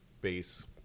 base